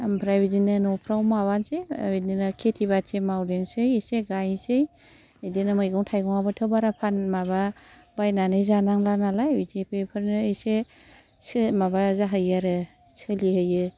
ओमफ्राय बिदिनो न'फ्राव माबानोसै बिदिनो खेथि बाथि मावदेरनोसै एसे गायनोसै बिदिनो मैगं थाइगंआबोथ' बारा फान माबा बायनानै जानांला नालाय बिदि बेफोरनो एसेसो माबा जाहैयो आरो सोलिहैयो